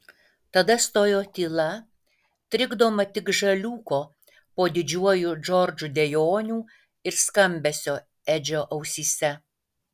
tada stojo tyla trikdoma tik žaliūko po didžiuoju džordžu dejonių ir skambesio edžio ausyse